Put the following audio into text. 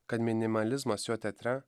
kad minimalizmas jo teatre